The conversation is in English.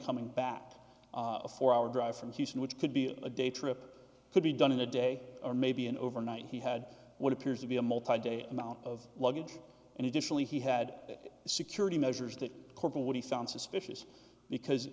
coming back a four hour drive from houston which could be a day trip could be done in a day or maybe an overnight he had what appears to be a multi day amount of luggage and additionally he had a security measures that corporal what he found suspicious because